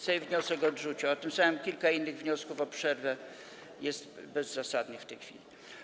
Sejm wniosek odrzucił, a tym samym kilka innych wniosków o przerwę jest bezzasadnych w tej chwili.